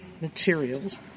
materials